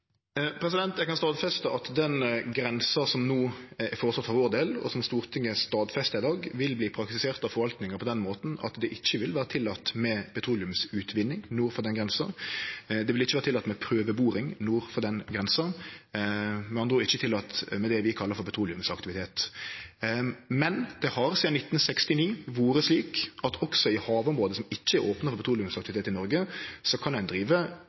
Eg kan stadfeste at den grensa som no er føreslått, og som Stortinget stadfestar i dag, vil bli praktisert av forvaltinga på den måten at det ikkje vil vere tillate med petroleumsutvinning nord for den grensa. Det vil ikkje vere tillate med prøveboring nord for den grensa, med andre ord ikkje tillate med det vi kallar petroleumsaktivitet. Men det har sidan 1969 vore slik at også i havområde som ikkje er opna for petroleumsaktivitet i Noreg, kan ein drive